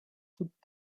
toute